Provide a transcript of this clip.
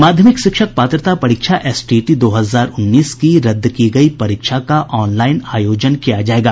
माध्यमिक शिक्षक पात्रता परीक्षा एसटीईटी दो हजार उन्नीस की रद्द की गयी परीक्षा का ऑनलाइन आयोजन किया जायेगा